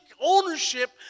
ownership